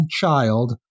child